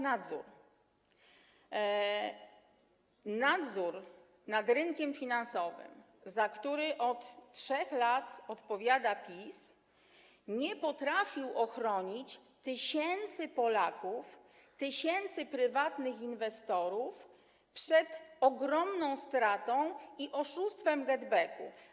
Nadzór nad rynkiem finansowym, za który od 3 lat odpowiada PiS, nie potrafił ochronić tysięcy Polaków, tysięcy prywatnych inwestorów przed ogromną stratą, przed oszustwem GetBacku.